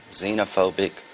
xenophobic